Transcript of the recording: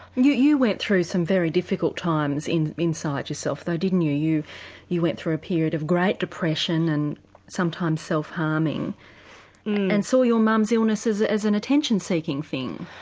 you you went through some very difficult times inside yourself though didn't you, you you went through a period of great depression and sometimes self harming and saw your mum's illness as as an attention-seeking thing?